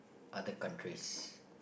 other countries